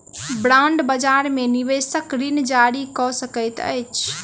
bond बजार में निवेशक ऋण जारी कअ सकैत अछि